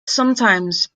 sometimes